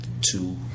two